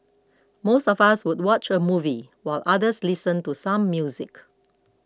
most of us would watch a movie while others listen to some music